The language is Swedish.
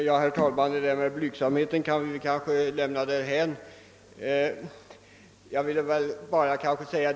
Herr talman! Vi kan kanske lämna frågan om blygsamheten därhän.